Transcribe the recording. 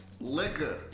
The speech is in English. liquor